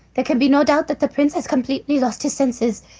there can be no doubt that the prince has completely lost his senses.